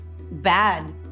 bad